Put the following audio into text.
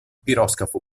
piroscafo